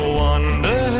wonder